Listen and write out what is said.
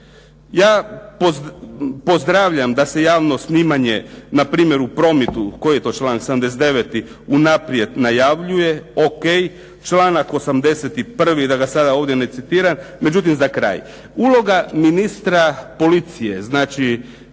Ja pozdravlja da se javno snimanje npr. u ... /Govornik se ne razumije/ ... koji je to članak 79. unaprijed najavljuje, O.k., članak 81. da ga sada ovdje ne citiram. Međutim za kraj, uloga ministra policije znači